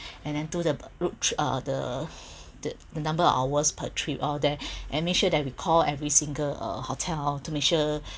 and then do the roa~ uh the the the number of hours per trip out there and make sure that we call every single uh hotel to make sure